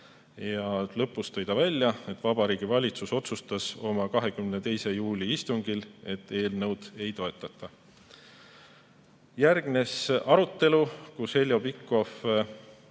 Lõpuks tõi ta välja, et Vabariigi Valitsus otsustas oma 22. juuli istungil, et eelnõu ei toetata. Järgnes arutelu, kus Heljo Pikhof